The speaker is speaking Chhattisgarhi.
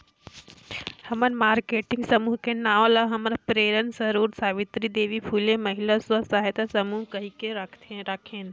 हमन मारकेटिंग समूह के नांव ल हमर प्रेरन सरोत सावित्री देवी फूले महिला स्व सहायता समूह कहिके राखेन